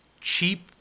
cheap